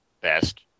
Best